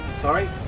Sorry